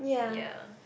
ya